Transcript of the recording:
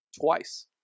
twice